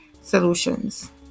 solutions